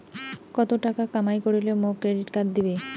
কত টাকা কামাই করিলে মোক ক্রেডিট কার্ড দিবে?